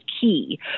key